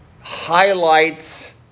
highlights